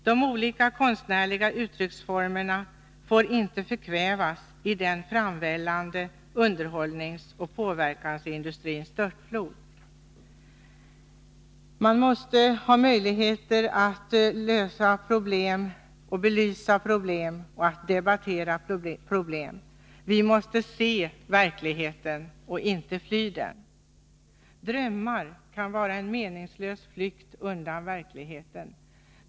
De olika konstnärliga uttrycksformerna får inte förkvävas i den framvällande underhållningsoch påverkansindustrins störtflod. Man måste ha möjlighet att lösa problem, belysa problem och debattera problem. Vi måste se verkligheten och inte fly den. Drömmar kan vara en meningslös flykt undan verkligheten.